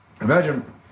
Imagine